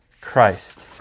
Christ